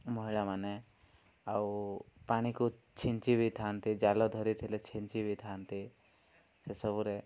ମହିଳାମାନେ ଆଉ ପାଣିକୁ ଛିଞ୍ଚି ବି ଥାନ୍ତି ଜାଲ ଧରିଥିଲେ ଛିଞ୍ଚି ବି ଥାନ୍ତି ସେ ସବୁରେ